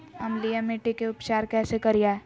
अम्लीय मिट्टी के उपचार कैसे करियाय?